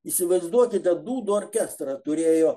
įsivaizduokite dūdų orkestrą turėjo